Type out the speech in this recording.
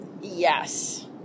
Yes